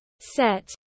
set